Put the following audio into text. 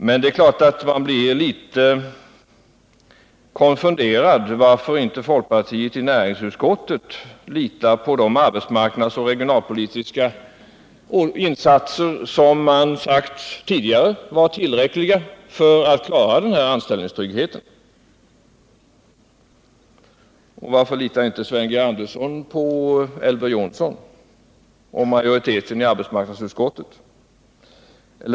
Men det är klart att man blir litet konfunderad och undrar varför folkpartiet i näringsutskottet inte litar på de arbetsmarknadsoch regionalpolitiska insatser som man tidigare sagt var tillräckliga för att klara anställningstryggheten. Varför litar inte Sven G. Andersson på Elver Jonsson och majoriteten i arbetsmarknadssutskottet?